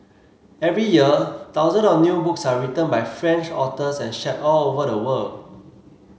every year thousand of new books are written by French authors and shared all over the world